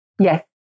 Yes